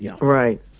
Right